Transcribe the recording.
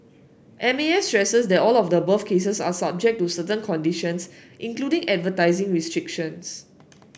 M A S stresses that all of the above cases are subject to certain conditions including advertising restrictions